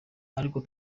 ariko